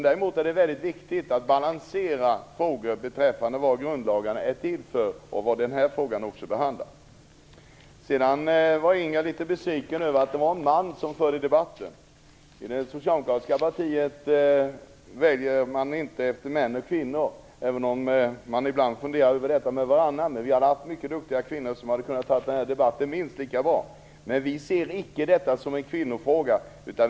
Däremot är det viktigt att balansera frågor beträffande vad grundlagarna är till för och vad denna fråga behandlar. Inger Davidson var litet besviken över att det var en man som förde debatten. I det socialdemokratiska partiet väljer man inte efter man eller kvinna, även om man ibland funderar över detta med varannan. Vi har många duktiga kvinnor som hade kunnat ta denna debatt minst lika bra. Vi ser icke detta som en kvinnofråga.